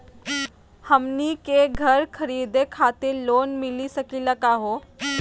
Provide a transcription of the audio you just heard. हमनी के घर खरीदै खातिर लोन मिली सकली का हो?